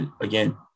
again